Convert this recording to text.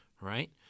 right